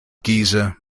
geezer